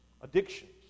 Addictions